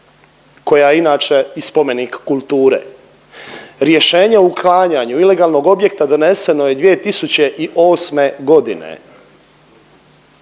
koja inače i spomenik kulture. Rješenje o uklanjanju ilegalnog objekta doneseno je 2008. g.,